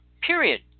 Period